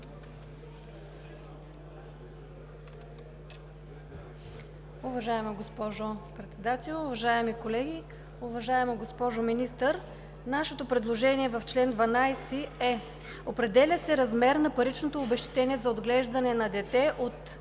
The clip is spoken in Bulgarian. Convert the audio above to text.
Уважаема госпожо Председател, уважаеми колеги, уважаема госпожо Министър! Нашето предложение в чл. 12 е: определя се размерът на паричното обезщетение за отглеждане на дете от